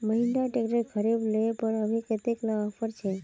Mahindra tractor खरीद ले पर अभी कतेक तक ऑफर छे?